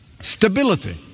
Stability